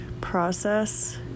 process